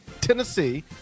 Tennessee